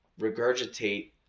regurgitate